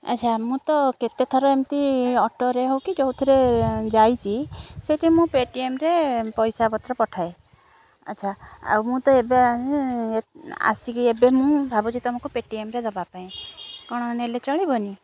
ଆଚ୍ଛା ମୁଁ ତ କେତେ ଥର ଏମିତି ଅଟୋରେ ହେଉ କି ଯେଉଁଥିରେ ଯାଇଛି ସେଥିରେ ମୁଁ ପେଟିଏମ୍ ରେ ପଇସା ପତ୍ର ପଠାଏ ଆଚ୍ଛା ଆଉ ମୁଁ ତ ଏବେ ଆସିକି ଏବେ ମୁଁ ଭାବୁଛି ତୁମକୁ ପେଟିଏମ୍ରେ ଦେବା ପାଇଁ କ'ଣ ନେଲେ ଚଳିବନି